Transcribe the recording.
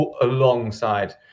Alongside